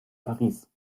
paris